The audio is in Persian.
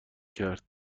کرد